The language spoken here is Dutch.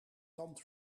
tand